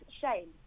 shame